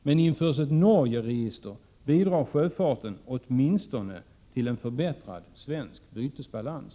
Men införs ett ”norge-register” bidrar sjöfarten åtminstone till en förbättrad svensk bytesbalans.”